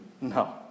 No